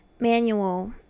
manual